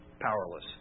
powerless